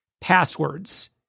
Passwords